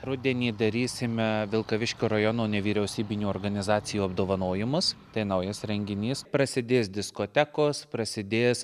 rudenį darysime vilkaviškio rajono nevyriausybinių organizacijų apdovanojimus tai naujas renginys prasidės diskotekos prasidės